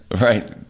Right